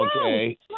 Okay